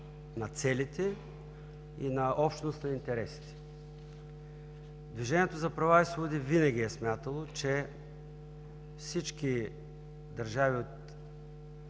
на целите, и на общност на интересите. Движението за права и свободи винаги е смятало, че всички държави